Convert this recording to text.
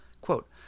Quote